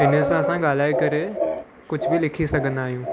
हिनसां असां ॻाल्हाए करे कुझु बि लिखी सघंदा आहियूं